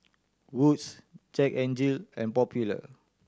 Wood's Jack N Jill and Popular